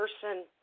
person